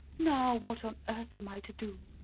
now, what on earth am i to do?